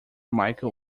michael